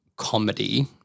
comedy